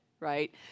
right